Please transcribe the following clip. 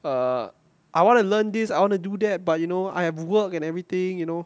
ah I want to learn this I want to do that but you know I have work and everything you know